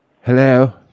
Hello